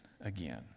again